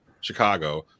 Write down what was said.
Chicago